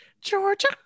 Georgia